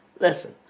listen